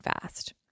fast